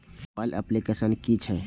Mobile application कि छै?